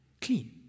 clean